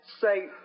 say